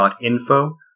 .info